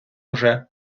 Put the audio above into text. уже